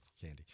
Candy